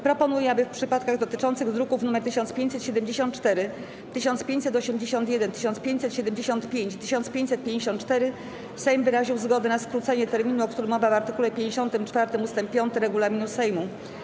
Proponuję, aby w przypadkach dotyczących druków nr 1574, 1581, 1575 i 1554 Sejm wyraził zgodę na skrócenie terminu, o którym mowa w art. 54 ust. 5 regulaminu Sejmu.